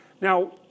Now